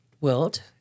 world